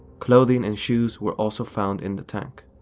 clothing and shoes were also found in the tank.